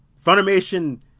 Funimation